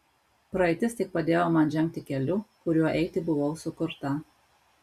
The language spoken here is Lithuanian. praeitis tik padėjo man žengti keliu kuriuo eiti buvau sukurta